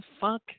fuck